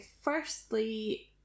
Firstly